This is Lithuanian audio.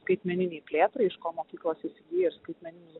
skaitmeninei plėtrai iš ko mokyklos įsigyja ir skaitmeninius